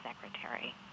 secretary